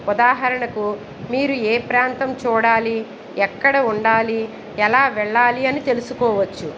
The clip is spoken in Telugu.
ఉదాహరణకు మీరు ఏ ప్రాంతం చూడాలి ఎక్కడ ఉండాలి ఎలా వెళ్ళాలి అని తెలుసుకోవచ్చు